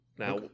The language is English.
Now